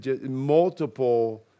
Multiple